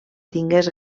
tingués